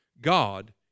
God